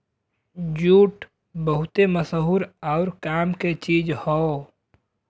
jute बहुते मसहूर आउर काम क चीज हौ